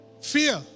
fear